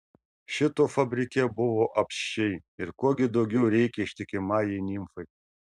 šito fabrike buvo apsčiai ir ko gi daugiau reikia ištikimajai nimfai